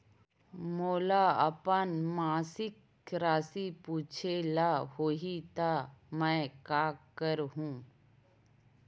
मोला अपन मासिक राशि पूछे ल होही त मैं का करहु?